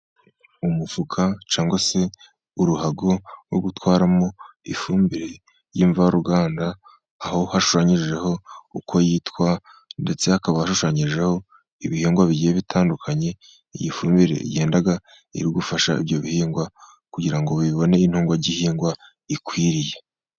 Umufuka cyangwa se uruhago rwo gutwaramo ifumbire y'imvaruganda, aho hashushanyijeho uko yitwa ndetse hakaba hashushanyijeho ibihingwa bigiye bitandukanye. Ndetse hakaba hashushanyijeho ibihingwa bigiye bitandukanye, iyi fumbire igenda iri gufasha, ibyo bihingwa kugira ngo bibone intunga gihingwa ikwiriye.